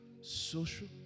social